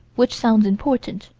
which sounds important,